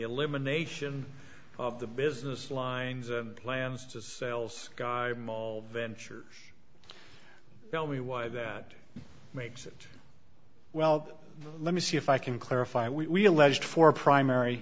elimination of the business lines and plans to sales guy venture tell me why that makes it well let me see if i can clarify we alleged for primary